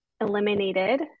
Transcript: eliminated